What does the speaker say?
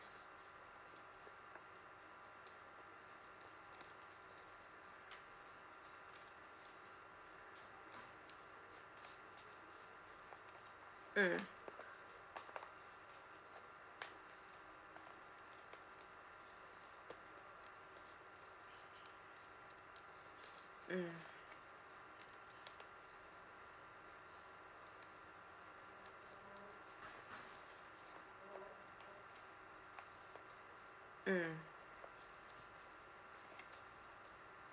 mm mm mm